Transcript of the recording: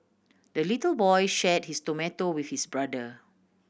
the little boy shared his tomato with his brother